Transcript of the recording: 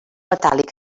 metàl·lic